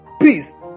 Peace